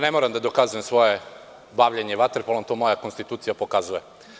Ne moram da dokazujem svoje bavljenje vaterpolom, to moja konstitucija pokazuje.